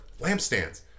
Lampstands